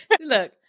look